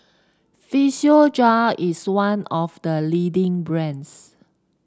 physiogel is one of the leading brands